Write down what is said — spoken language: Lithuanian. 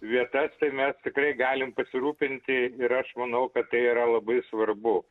vietas tai mes tikrai galim pasirūpinti ir aš manau kad tai yra labai svarbu